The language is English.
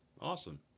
Awesome